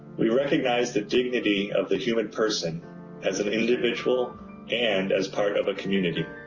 we recognize the dignity of the human person as an individual and as part of a community.